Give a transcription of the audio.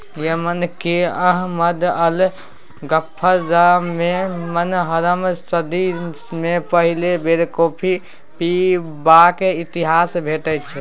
Yemen केर Ahmed al गफ्फारमे पनरहम सदी मे पहिल बेर कॉफी पीबाक इतिहास भेटै छै